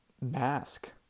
mask